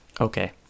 Okay